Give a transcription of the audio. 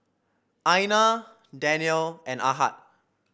Aina Danial and Ahad